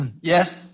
Yes